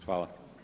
Hvala.